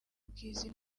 bw’izi